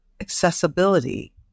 accessibility